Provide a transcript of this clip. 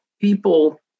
people